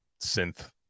synth